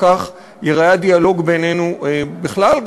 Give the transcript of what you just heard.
שכך ייראה הדיאלוג בינינו בכלל,